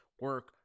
Work